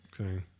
Okay